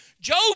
Job